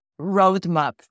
roadmap